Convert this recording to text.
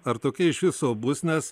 ar tokia iš viso bus nes